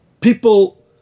people